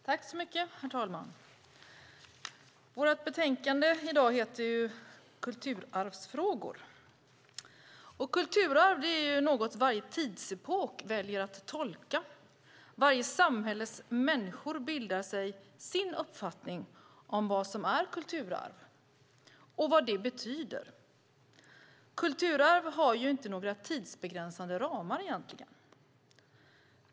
Herr talman! Vårt betänkande i dag heter Kulturarvsfrågor . Kulturarv är något som varje tidsepok väljer att tolka. Varje samhälles människor bildar sig sin uppfattning om vad som är kulturarv och vad det betyder. Kulturarv har ju egentligen inte några tidsbegränsande ramar.